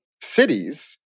cities